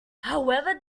however